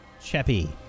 Cheppy